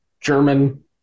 German